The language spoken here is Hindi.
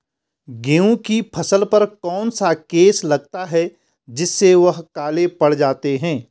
गेहूँ की फसल पर कौन सा केस लगता है जिससे वह काले पड़ जाते हैं?